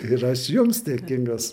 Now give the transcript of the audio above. ir aš jums dėkingas